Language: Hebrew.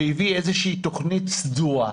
והביא איזושהי תוכנית סדורה.